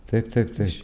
taip taip taip